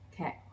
Okay